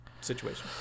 situation